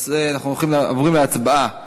אנחנו עוברים להצבעה